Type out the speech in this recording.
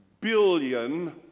billion